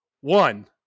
one